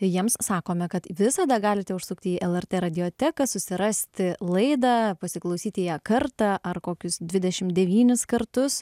jiems sakome kad visada galite užsukti į lrt radioteką susirasti laidą pasiklausyti ją kartą ar kokius dvidešim devynis kartus